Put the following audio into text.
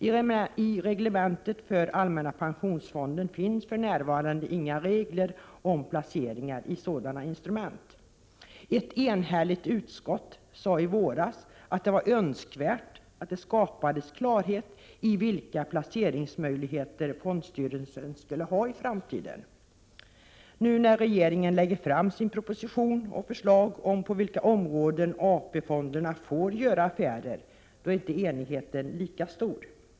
I reglementet för allmänna pensionsfonden finns för närvarande inga regler om placeringar i sådana instrument. Ett enhälligt utskott sade i våras att det var önskvärt att det skapades klarhet i vilka placeringsmöjligheter fondstyrelsen skulle ha i framtiden. Nu när regeringen lägger fram sin proposition om på vilka områden AP-fonderna får göra affärer är inte enigheten lika stor.